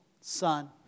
Son